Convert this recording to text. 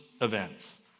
events